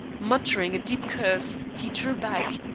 muttering a deep curse, he drew back,